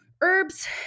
herbs